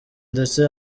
ndetse